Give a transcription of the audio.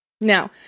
Now